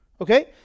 Okay